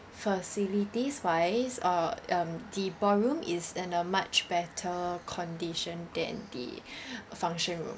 facilities-wise uh um the ballroom is in a much better condition than the function room